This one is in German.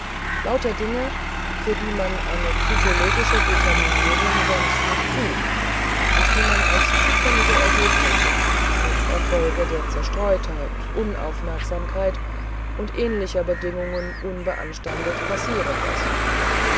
lauter dinge für die man eine psychologische determinierung sonst nicht sucht und die man als zufällige ergebnisse als erfolge der zerstreutheit unaufmerksamkeit und ähnlicher bedingungen unbeanstandet passieren läßt